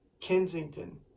Kensington